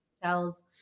hotels